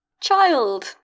Child